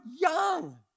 young